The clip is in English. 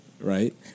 right